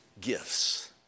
gifts